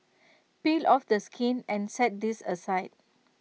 peel off the skin and set this aside